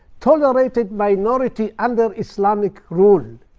tolerated minority under islamic rule.